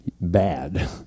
bad